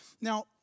Now